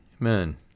Amen